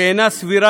סבירה